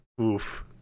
oof